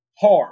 hard